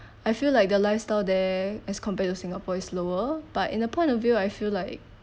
I feel like the lifestyle there as compared to singapore is lower but in a point of view I feel like